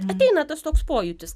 ateina tas toks pojūtis